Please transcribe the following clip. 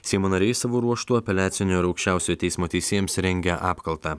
seimo nariai savo ruožtu apeliacinio ir aukščiausiojo teismo teisėjams rengia apkaltą